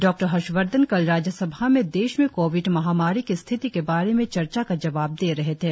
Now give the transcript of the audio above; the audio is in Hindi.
डॉ हर्षवर्धन कल राज्यसभा में देश में कोविड महामारी की स्थिति के बारे में चर्चा का जवाब दे रहे थे